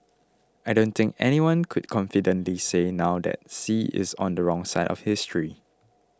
I don't think anyone could confidently say now that Xi is on the wrong side of history